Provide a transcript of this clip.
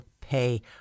pay